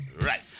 Right